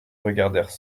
regardèrent